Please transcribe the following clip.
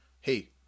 hey